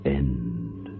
end